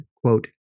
quote